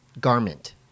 garment